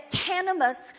cannabis